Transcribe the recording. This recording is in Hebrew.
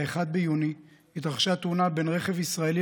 ב-1 ביוני התרחשה תאונה בין רכב ישראלי